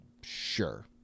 Sure